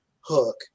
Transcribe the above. hook